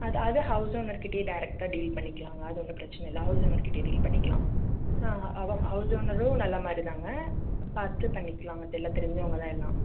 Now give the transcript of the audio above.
அது அதை ஹவுஸ் ஓனர்கிட்டேயே டைரெக்டாக டீல் பண்ணிக்கலாங்க அது ஒன்றும் பிரச்சின இல்லை ஹவுஸ் ஓனர்கிட்டேயே டீல் பண்ணிக்கலாம் ஆ அதுதான் ஹவுஸ் ஓனரும் நல்லமாதிரிதாங்க பார்த்து பண்ணிக்கலாங்க எல்லாம் தெரிஞ்சவங்கதான் எல்லாம்